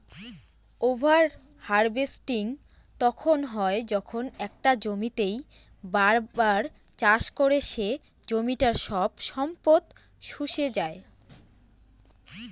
over harvesting তখন হয় যখন একটা জমিতেই বার বার চাষ করে সে জমিটার সব সম্পদ শুষে যাই